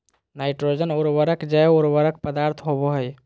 nitrogen उर्वरक जैव उर्वरक पदार्थ होबो हइ